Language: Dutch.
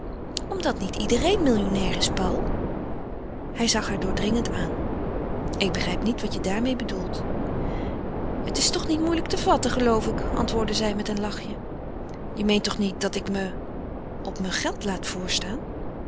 omdat niet iedereen millionnair is paul hij zag haar doordringend aan ik begrijp niet wat je daarmeê bedoelt het is toch niet moeilijk te vatten geloof ik antwoordde zij met een lachje je meent toch niet dat ik me op mijn geld laat